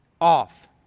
off